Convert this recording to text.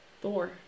Thor